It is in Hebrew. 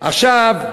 עכשיו,